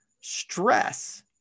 stress